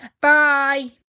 Bye